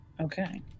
Okay